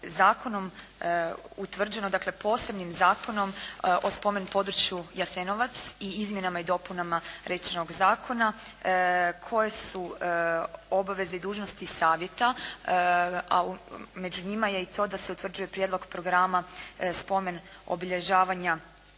zakonom utvrđeno, dakle posebnim Zakonom o spomen-području Jasenovac i izmjenama i dopunama rečenog Zakona koje su obveze i dužnosti savjeta. A među njima je i to da se utvrđuje prijedlog programa spomen obilježavanja